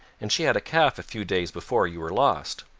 and she had a calf a few days before you were lost.